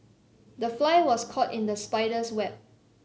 the fly was caught in the spider's web